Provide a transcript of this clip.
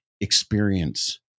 experience